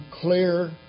clear